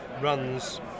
runs